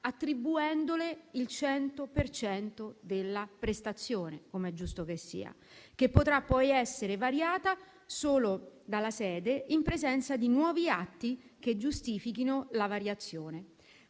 attribuendole il 100 per cento della prestazione, com'è giusto che sia, che potrà poi essere variata solo dalla sede in presenza di nuovi atti che giustifichino la variazione.